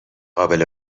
قابل